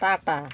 tata